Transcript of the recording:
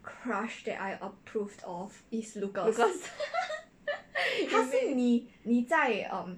lucas